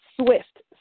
swift